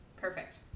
Perfect